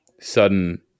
sudden